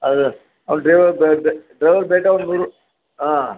ಹೌದು ಅವ್ನು ಡ್ರೈವರ್ ಡ್ರೈವರ್ಗೆ ಬೇಕಾರೆ ಒಂದು ನೂರು ಆಂ